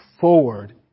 forward